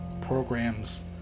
programs